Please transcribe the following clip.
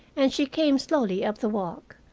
and she came slowly up the walk,